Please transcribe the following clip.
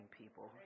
people